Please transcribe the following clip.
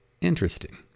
Interesting